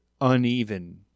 uneven